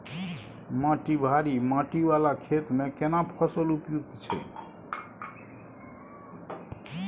माटी भारी माटी वाला खेत में केना फसल उपयुक्त छैय?